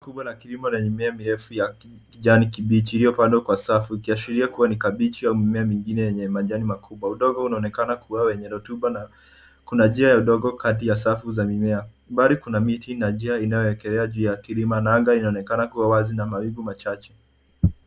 ...kubwa la kilimo lenye mimea mirefu ya kijani kibichi iliyopandwa kwa safu ikiashiria ni kabeji au mimea ingine yenye majani makubwa. Udongo unaonekana kuwa wenye rotuba na kuna njia ya udongo kati ya safu za mimea. Mbali, kuna miti na njia inayokolea kwenye kilima na anga inaonekana kuwa wazi na mawingu machache.